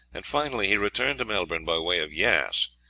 and finally he returned to melbourne by way of yass,